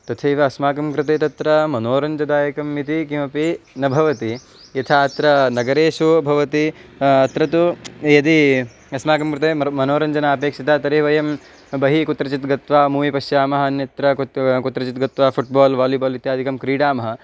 तथैव अस्माकं कृते तत्र मनोरञ्जनदायकम् इति किमपि न भवति यथा अत्र नगरेषु भवति अत्र तु यदि अस्माकं कृते मनोरञ्जनम् अपेक्षितं तर्हि वयं बहिः कुत्रचित् गत्वा मूवि पश्यामः अन्यत्र कुत् कुत्रचित् गत्वा फ़ुट्बाल् वालिबाल् इत्यादिकं क्रीडामः